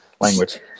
language